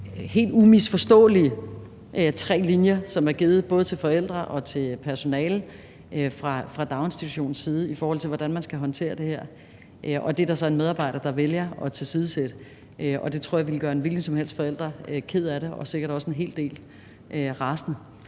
helt umisforståelige tre linjer, der er givet til både forældre og til personalet fra daginstitutionens side, i forhold til hvordan man skal håndtere det her. Og det er der så en medarbejder, der vælger at tilsidesætte, og det tror jeg ville gøre en hvilken som helst forælder ked af det og sikkert også gøre en hel del rasende.